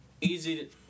easy